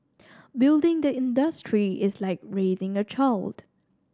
building the industry is like raising a child